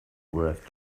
worth